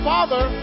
Father